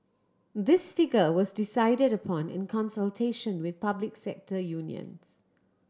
this figure was decided upon in consultation with public sector unions